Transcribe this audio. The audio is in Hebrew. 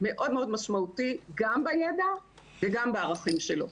מאוד מאוד משמעותי גם בידע וגם בערכים שלו.